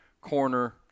corner –